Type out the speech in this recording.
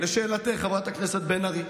עבר פלילי,